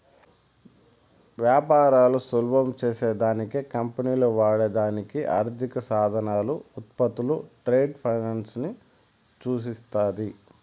వ్యాపారాలు సులభం చేసే దానికి కంపెనీలు వాడే దానికి ఆర్థిక సాధనాలు, ఉత్పత్తులు ట్రేడ్ ఫైనాన్స్ ని సూచిస్తాది